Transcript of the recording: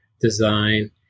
design